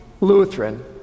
Lutheran